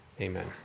Amen